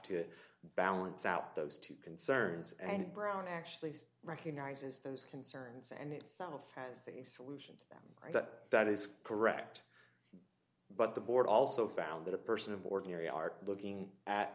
to balance out those two concerns and brown actually recognizes those concerns and itself has a solution to them that that is correct but the board also found that a person of ordinary art looking at